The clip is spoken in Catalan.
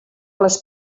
les